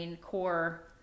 core